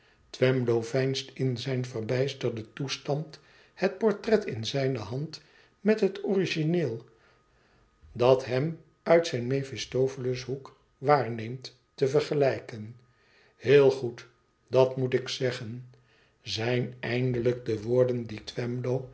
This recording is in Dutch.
twemlow veinst in zijn verbijsterden toestand het portret in zijne hand met het origineel dat hem uit zijn mephistopheles hoek waarneemt te vergelijken heel goed dat moet ik zeggen i zijn eindelijk de woorden die